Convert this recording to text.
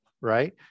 right